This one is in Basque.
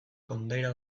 kondaira